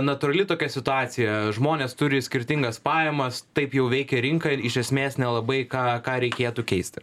natūrali tokia situacija žmonės turi skirtingas pajamas taip jau veikia rinka iš esmės nelabai ką ką reikėtų keisti